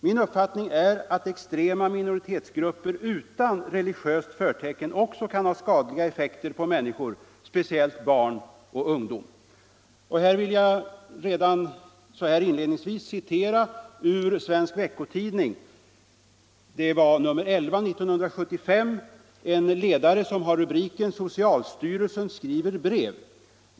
Min uppfattning är att extrema minoritetsgrupper utan religiöst förtecken också kan ha skadliga effekter på människor, speciellt barn och ungdom. Jag vill i detta sammanhang citera ur en ledare i Svensk Veckotidning nr 11 1975, rubricerad ”Socialstyrelsen skriver brev”.